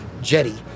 jetty